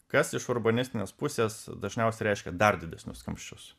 kas iš urbanistinės pusės dažniausiai reiškia dar didesnius kamščius